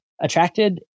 attracted